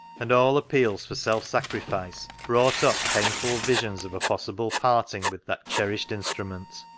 and all appeals for self-sacrifice brought up painful visions of a possible parting with that cherished instrument.